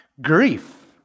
Grief